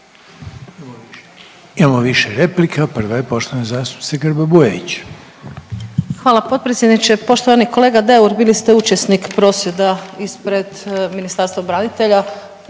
Imamo više replika. Prva je poštovane zastupnice Grba Bujević. **Grba-Bujević, Maja (HDZ)** Hvala potpredsjedniče. Poštovani kolega Deur bili ste učesnik prosvjeda ispred Ministarstva branitelja,